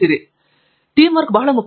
ಆದ್ದರಿಂದ ಟೀಮ್ವರ್ಕ್ ಬಹಳ ಮುಖ್ಯ